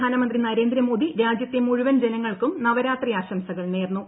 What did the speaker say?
പ്രധാനമന്ത്രി നരേന്ദ്രമോദി രാജ്യത്തെ മുഴുവൻ ജനങ്ങൾക്കും നവരാത്രി ആശംസകൾ നേർന്നു